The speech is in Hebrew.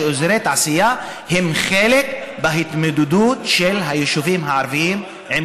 שאזורי תעשייה הם חלק בהתמודדות של היישובים הערביים עם